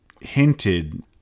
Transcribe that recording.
hinted